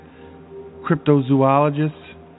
cryptozoologists